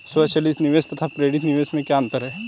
स्वचालित निवेश तथा प्रेरित निवेश में क्या अंतर है?